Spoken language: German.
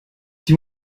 die